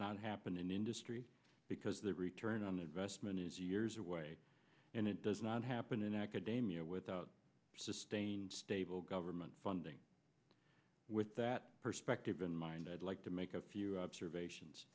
not happen in industry because the return on investment is years away and it does not happen in academia without sustained stable government funding with that perspective in mind i'd like to make a few observations